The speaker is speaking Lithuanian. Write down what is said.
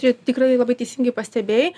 čia tikrai labai teisingai pastebėjai